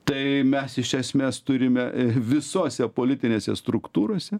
tai mes iš esmės turime visose politinėse struktūrose